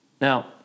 Now